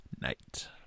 night